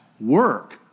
work